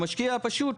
למשקיע הפשוט.